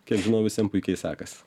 kiek žinau visiem puikiai sekasi